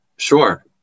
Sure